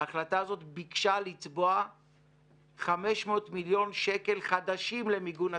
ההחלטה הזאת ביקשה לצבוע 500 מיליון ש"ח חדשים למיגון הצפון.